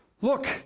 Look